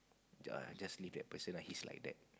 just leave it at the person lah he's like that